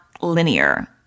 linear